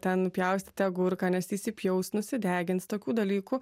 ten pjaustyti agurką nes įsipjaus nusidegins tokių dalykų